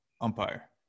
umpire